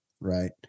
right